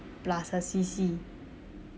plus a C_C